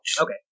Okay